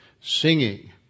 singing